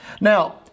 Now